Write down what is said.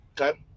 okay